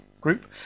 group